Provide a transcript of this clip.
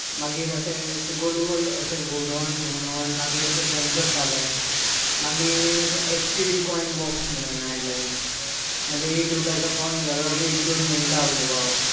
मागीर ते अशें गोल गोल गुंवडावन गुंवडावन मागीर ते फोन करताले मागीर एसटीडी कॉयन बॉक्स म्हणून आयलें म्हणजें एक दोन रुपयाचो कॉयन घालप एक दोन मिण्टां उलोवप